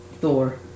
Thor